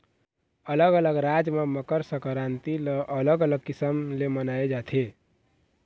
अलग अलग राज म मकर संकरांति ल अलग अलग किसम ले मनाए जाथे